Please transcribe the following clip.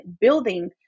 building